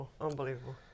Unbelievable